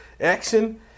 action